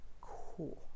Cool